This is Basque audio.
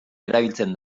erabiltzen